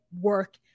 work